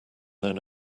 then